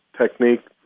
technique